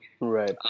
Right